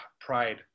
pride